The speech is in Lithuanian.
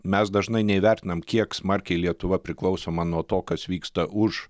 mes dažnai neįvertinam kiek smarkiai lietuva priklausoma nuo to kas vyksta už